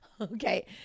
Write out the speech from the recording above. Okay